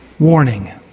Warning